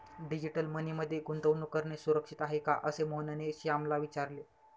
digital money मध्ये गुंतवणूक करणे सुरक्षित आहे का, असे मोहनने श्यामला विचारले